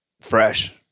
fresh